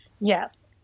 Yes